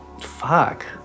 Fuck